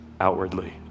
outwardly